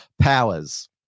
powers